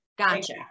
Gotcha